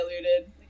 diluted